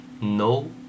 No